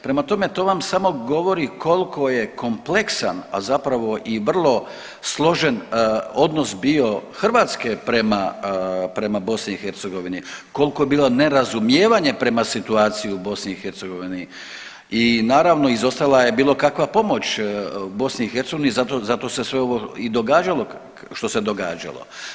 Prema tome to vam samo govori koliko je kompleksan, a zapravo i vrlo složen odnos bio Hrvatske prema, prema BiH, koliko je bilo nerazumijevanje prema situaciji u BiH i naravno izostala je bilo kakva pomoć BiH, zato se sve ovo i događalo što se događalo.